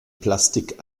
plastik